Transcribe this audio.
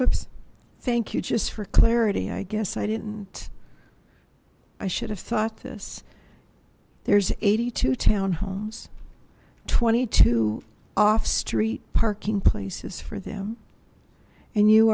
but thank you just for clarity i guess i didn't i should have thought this there's eighty two townhomes twenty two off street parking places for them and you